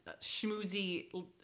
Schmoozy